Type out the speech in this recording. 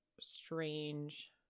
strange